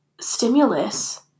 stimulus